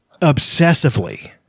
obsessively